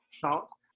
thoughts